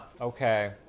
okay